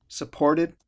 supported